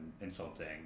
insulting